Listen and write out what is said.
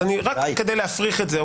אז רק כדי להפריך את זה,